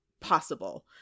possible